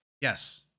Yes